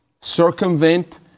circumvent